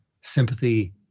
sympathy